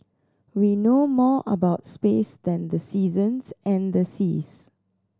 we know more about space than the seasons and the seas